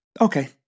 Okay